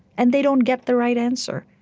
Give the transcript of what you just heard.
and they don't get the right answer.